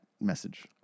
message